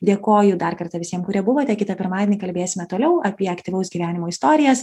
dėkoju dar kartą visiem kurie buvote kitą pirmadienį kalbėsime toliau apie aktyvaus gyvenimo istorijas